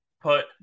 put